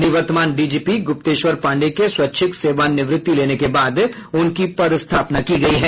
निवर्तमान डीजीपी ग्रुप्तेश्वर पांडेय के स्वैच्छिक सेवानिवृत्ति लेने के बाद उनकी पदस्थापना की गयी है